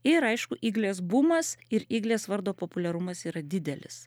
ir aišku iglės bumas ir iglės vardo populiarumas yra didelis